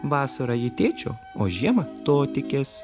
vasarą ji tėčio o žiemą totikės